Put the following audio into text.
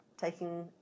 taking